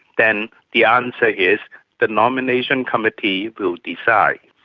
then the answer is the nomination committee will decide.